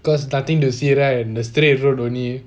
because starting go straight right go straight road only